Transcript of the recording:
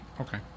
Okay